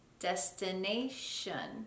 destination